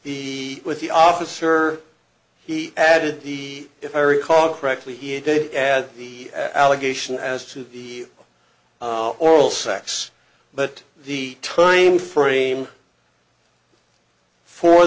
sex he with the officer he added the if i recall correctly he did add the allegation as to the oral sex but the timeframe for